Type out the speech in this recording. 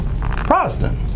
Protestant